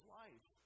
life